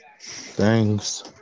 thanks